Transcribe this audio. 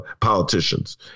politicians